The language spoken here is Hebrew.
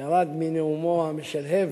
כשירד מנאומו המשלהב,